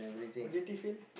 what would you feel